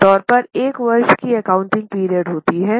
आम तौर पर 1 वर्ष की एकाउंटिंग पीरियड होती है